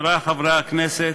חברי חברי הכנסת,